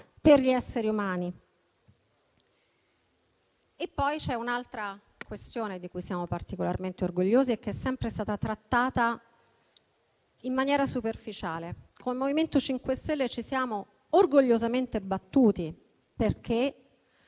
per gli esseri umani. C'è poi un'altra questione di cui siamo particolarmente orgogliosi e che è sempre stata trattata in maniera superficiale. Come MoVimento 5 Stelle, ci siamo orgogliosamente battuti perché